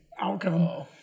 outcome